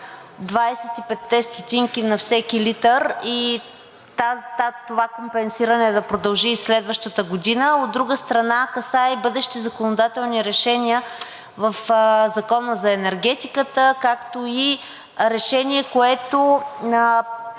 25-те стотинки на всеки литър и това компенсиране да продължи и следващата година. От друга страна, касае и бъдещи законодателни решения в Закона за енергетиката, както и решение, което